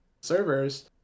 servers